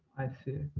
i see. yeah.